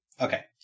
Okay